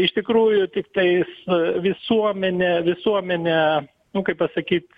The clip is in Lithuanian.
iš tikrųjų tiktais visuomenę visuomenę nu kaip pasakyt